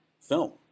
film